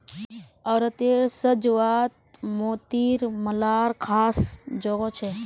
औरतेर साज्वात मोतिर मालार ख़ास जोगो छे